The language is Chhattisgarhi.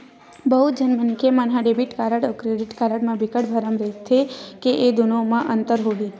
बहुत झन मनखे मन ह डेबिट कारड अउ क्रेडिट कारड म बिकट भरम रहिथे के ए दुनो म का अंतर होही?